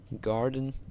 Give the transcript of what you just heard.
Garden